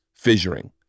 fissuring